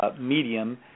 medium